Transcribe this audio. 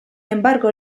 embargo